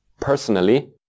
Personally